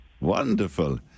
Wonderful